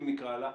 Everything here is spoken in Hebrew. אם נקרא לה כך.